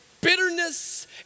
bitterness